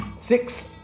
Six